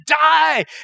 die